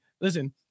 listen